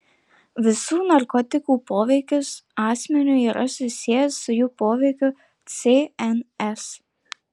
visų narkotikų poveikis asmeniui yra susijęs su jų poveikiu cns